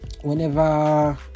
whenever